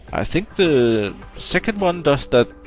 i think the second one does that.